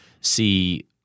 see